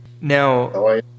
Now